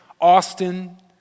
Austin